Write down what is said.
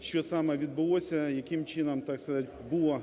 що саме відбулося, яким чином, так сказати, було